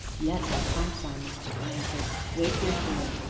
yes, i'll come, simon, i answered wait here for me.